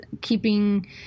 keeping